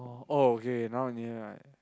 oh okay not near right